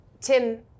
Tim